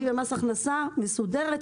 אני במס הכנסה מסודרת.